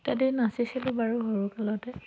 তাতে নাচিছিলোঁ বাৰু সৰুকালতে